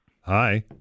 Hi